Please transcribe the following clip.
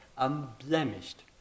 Unblemished